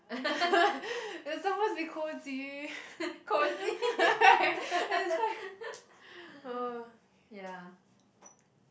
cosy ya